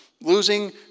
losing